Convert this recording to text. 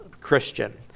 Christian